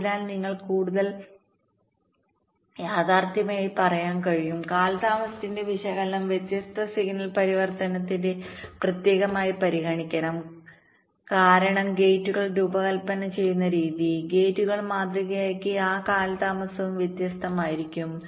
അതിനാൽ നിങ്ങൾക്ക് കൂടുതൽ യാഥാർത്ഥ്യമായി പറയാൻ കഴിയും കാലതാമസത്തിന്റെ വിശകലനം വ്യത്യസ്ത സിഗ്നൽ പരിവർത്തനത്തെ പ്രത്യേകമായി പരിഗണിക്കണം കാരണം ഗേറ്റുകൾ രൂപകൽപ്പന ചെയ്യുന്ന രീതി ഗേറ്റുകൾ മാതൃകയാക്കി ആ കാലതാമസവും വ്യത്യസ്തമായിരിക്കും